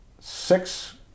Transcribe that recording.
six